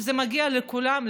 שמגיע לכולם,